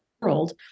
world